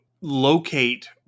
locate